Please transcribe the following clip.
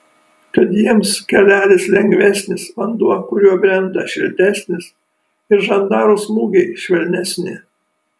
kad jiems kelelis lengvesnis vanduo kuriuo brenda šiltesnis ir žandarų smūgiai švelnesni